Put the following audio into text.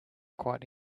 quite